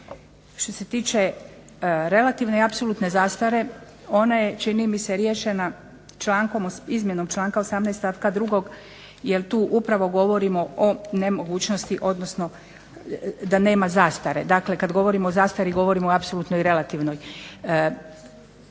Što se tiče relativne i apsolutne zastare, ona je čini mi se riješena izmjenom članka 18. stavka 2. jer tu upravo govorimo o nemogućnosti odnosno da nema zastare. Dakle, kada govorimo o zastari govorimo o apsolutnoj i relativnoj.